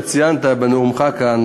אתה ציינת בנאומך כאן,